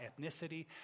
ethnicity